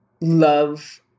love